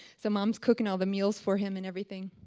so mom is cooking all the meals for him and everything.